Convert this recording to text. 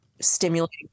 stimulating